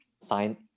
sign